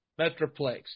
Metroplex